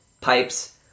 pipes